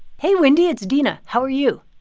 hey, wendy. it's dina. how are you?